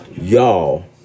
y'all